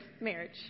marriage